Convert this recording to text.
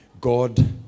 God